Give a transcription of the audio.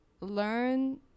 learn